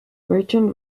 bertrand